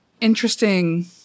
interesting